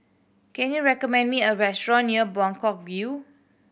can you recommend me a restaurant near Buangkok View